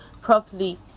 properly